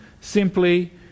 simply